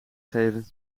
geven